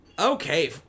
Okay